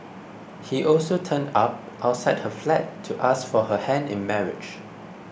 he also turned up outside her flat to ask for her hand in marriage